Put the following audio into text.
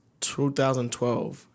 2012